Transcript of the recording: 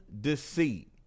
deceit